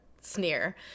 sneer